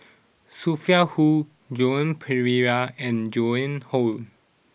Sophia Hull Joan Pereira and Joan Hon